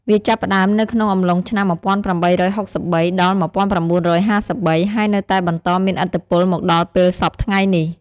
វាចាប់ផ្ដើមនៅក្នុងអំឡុងឆ្នាំ ១៨៦៣ ដល់ ១៩៥៣ ហើយនៅតែបន្តមានឥទ្ធិពលមកដល់ពេលសព្វថ្ងៃនេះ។